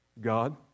God